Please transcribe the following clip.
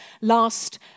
last